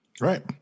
Right